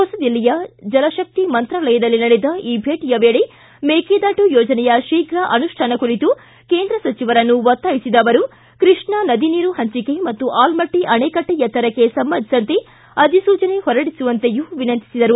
ಹೊಸದಿಲ್ಲಿಯ ಜಲಶಕ್ತಿ ಮಂತ್ರಾಲಯದಲ್ಲಿ ನಡೆದ ಈ ಭೇಟಿಯ ವೇಳೆ ಮೇಕೆದಾಟು ಯೋಜನೆಯ ಶೀಘ ಅನುಷ್ಠಾನ ಕುರಿತು ಕೇಂದ್ರ ಸಚಿವರನ್ನು ಒತ್ತಾಯಿಸಿದ ಅವರು ಕೃಷ್ಣ ನದಿ ನೀರು ಹಂಚಿಕೆ ಮತ್ತು ಆಲಮಟ್ಟ ಅಣೆಕಟ್ಟೆ ಎತ್ತರಕ್ಕೆ ಸಂಬಂಧಿಸಿದಂತೆ ಅಧಿಸೂಚನೆ ಹೊರಡಿಸುವಂತೆಯೂ ವಿನಂತಿಸಿದರು